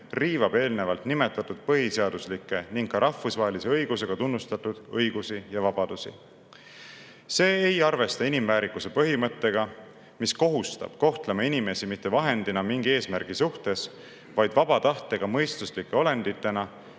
riivab eelnevalt nimetatud põhiseaduslikke ning ka rahvusvahelise õigusega tunnustatud õigusi ja vabadusi. See ei arvesta inimväärikuse põhimõttega, mis kohustab kohtlema inimesi mitte vahendina mingi eesmärgi suhtes, vaid vaba tahtega mõistuslike olenditena,